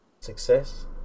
Success